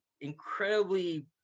incredibly